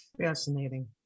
Fascinating